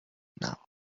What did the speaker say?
now